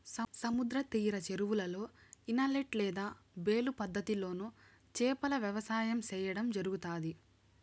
సముద్ర తీర చెరువులలో, ఇనలేట్ లేదా బేలు పద్ధతి లోను చేపల వ్యవసాయం సేయడం జరుగుతాది